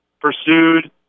pursued